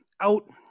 out